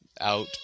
out